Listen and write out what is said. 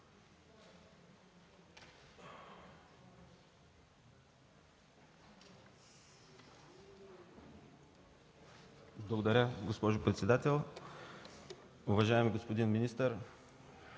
Благодаря, госпожо председател. Уважаеми господин министър,